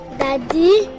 daddy